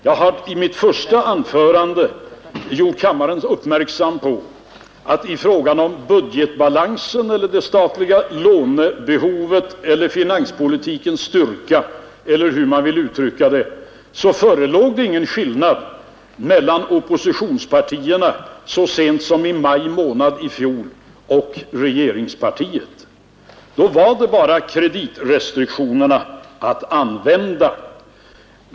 Jag har i mitt första anförande gjort kammaren uppmärksam på att i fråga om budgetbalansen, det statliga lånebehovet, finanspolitikens styrka, eller hur man vill uttrycka det, förelåg ingen skillnad mellan regeringspartiet och oppositionspartierna så sent som i maj månad i fjol. Och då var det bara kreditrestriktionerna kvar att använda.